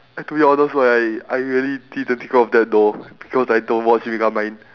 and to be honest right I really didn't think of that though because I don't watch megamind